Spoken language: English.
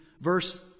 verse